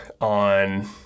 on